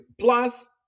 plus